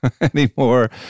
anymore